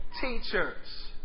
teachers